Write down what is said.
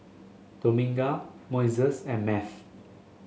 Dominga Moises and Math